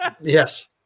Yes